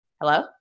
hello